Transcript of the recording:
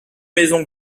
maisons